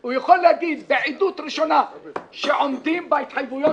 הוא יכול להגיד בעדות ראשונה שעומדים בהתחייבויות